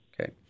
Okay